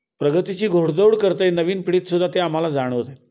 प्रगतीची घोडदौड करतं आहे नवीन पिढीतसुद्धा ते आम्हाला जाणवतं आहे